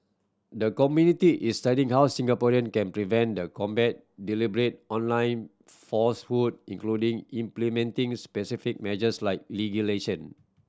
the committee is studying how Singapore can prevent and combat deliberate online falsehood including implementing specific measures like legislation